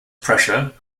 pressure